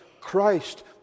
Christ